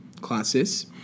classes